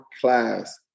class